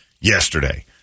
yesterday